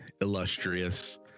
illustrious